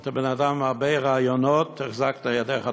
אתה בן-אדם עם הרבה רעיונות, תחזקנה ידיך.